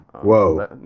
Whoa